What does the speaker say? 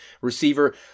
receiver